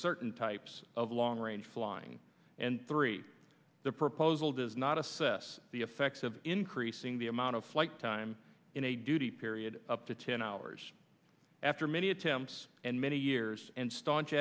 certain types of long range flying and three the proposal does not assess the effects of increasing the amount of flight time in a duty period up to ten hours after many attempts and many years and staunch